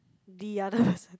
the other person